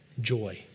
Joy